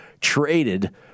traded